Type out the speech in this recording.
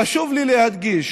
חשוב לי להדגיש